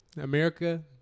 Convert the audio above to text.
America